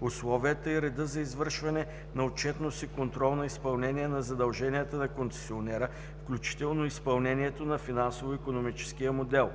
условията и реда за извършване на отчетност и контрол на изпълнение на задълженията на концесионера, включително изпълнението на финансово-икономическия модел;